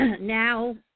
now